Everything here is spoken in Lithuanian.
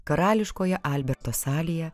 karališkoje alberto salėje